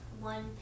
one